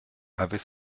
avait